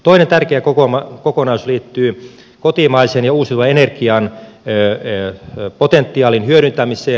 toinen tärkeä kokonaisuus liittyy kotimaisen ja uusiutuvan energian potentiaalin hyödyntämiseen